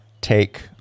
take